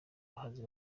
bahanzi